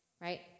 right